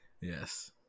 Yes